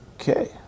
Okay